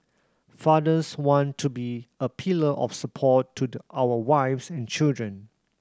fathers want to be a pillar of support to the our wives and children